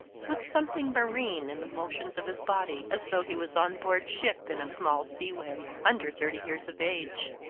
with something marine in the motions of his body, as though he was on board ship in a small sea-way. under thirty years of age.